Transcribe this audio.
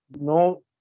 no